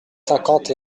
cinquante